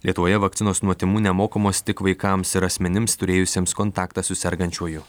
lietuvoje vakcinos nuo tymų nemokamos tik vaikams ir asmenims turėjusiems kontaktą su sergančiuoju